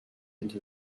into